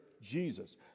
Jesus